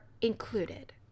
included